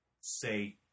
say